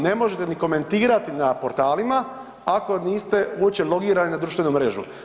Ne možete ni komentirati na portalima ako niste uopće logirani na društvenu mrežu.